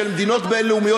בין-לאומיים,